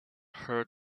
heart